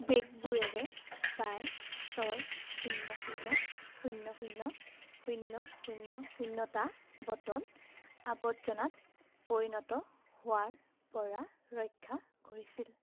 বেগবোৰেৰে প্ৰায় ছয় শূন্য শূন্য শূন্য শূন্য শূন্য শূন্য শূন্যটা বটল আৱৰ্জনাত পৰিণত হোৱাৰপৰা ৰক্ষা কৰিছিল